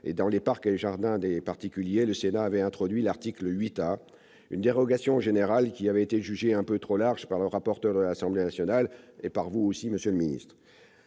et dans les parcs et jardins des particuliers, le Sénat avait introduit avec l'article 8 A, une dérogation générale jugée un peu trop large par le rapporteur de l'Assemblée nationale et par vous, monsieur le ministre.